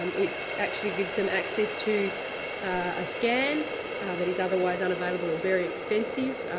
um it actually gives them access to a scan that is otherwise unavailable, very expensive,